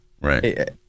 right